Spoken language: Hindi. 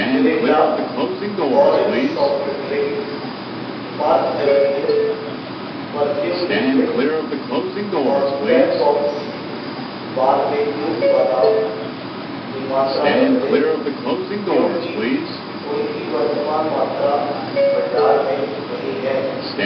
Mirinda orange soft drink Park Avenue perfume liquid और फ़ैबबॉक्स बारबेक्यू बादाम की मात्रा बदलें क्योंकि उनकी वर्तमान मात्रा भंडार में नहीं है